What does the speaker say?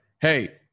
Hey